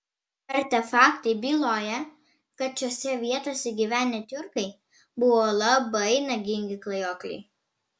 artefaktai byloja kad šiose vietose gyvenę tiurkai buvo labai nagingi klajokliai